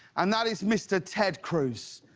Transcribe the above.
and that is mr. ted cruz.